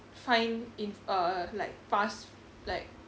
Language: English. find in a like fast like